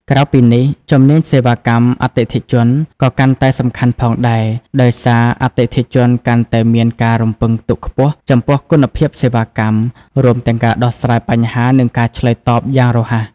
ក្រៅពីនេះ ជំនាញសេវាកម្មអតិថិជន ក៏កាន់តែសំខាន់ផងដែរ ដោយសារអតិថិជនកាន់តែមានការរំពឹងទុកខ្ពស់ចំពោះគុណភាពសេវាកម្ម រួមទាំងការដោះស្រាយបញ្ហា និងការឆ្លើយតបយ៉ាងរហ័ស។